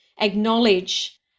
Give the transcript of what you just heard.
acknowledge